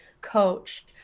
coach